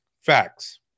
Facts